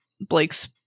Blake's